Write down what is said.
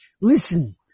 listen